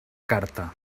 carta